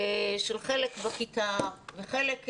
של חלק בכיתה וחלק בבית,